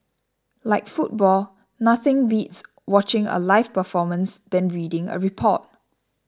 like football nothing beats watching a live performance than reading a report